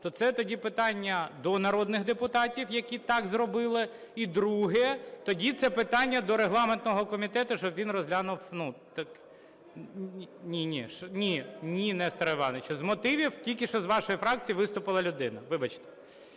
то це тоді питання до народних депутатів, які так зробили. І друге тоді питання до регламентного комітету, щоб він розглянув… (Шум у залі) Ні-ні, Несторе Івановичу, з мотивів тільки що з вашої фракції виступила людина, вибачте.